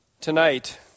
tonight